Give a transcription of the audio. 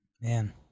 Man